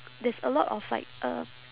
there's a lot of like uh